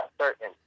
certain